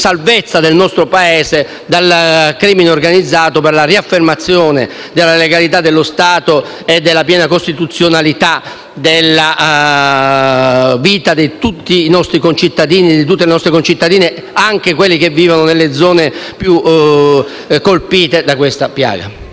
salvezza al nostro Paese dal crimine organizzato, per la riaffermazione della legalità dello Stato e della piena costituzionalità della vita di tutti i nostri concittadini e concittadine, anche quelli che vivono nelle zone maggiormente colpite da questa piaga.